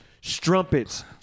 Strumpets